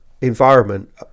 environment